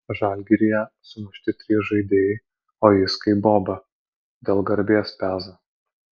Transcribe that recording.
žalgiryje sumušti trys žaidėjai o jis kaip boba dėl garbės peza